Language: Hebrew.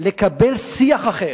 לקבל שיח אחר,